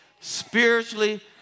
spiritually